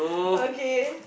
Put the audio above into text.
okay